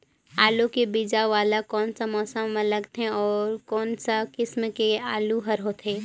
आलू के बीजा वाला कोन सा मौसम म लगथे अउ कोन सा किसम के आलू हर होथे?